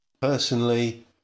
Personally